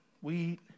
wheat